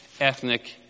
ethnic